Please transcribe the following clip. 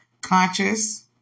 conscious